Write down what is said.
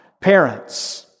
Parents